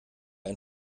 ein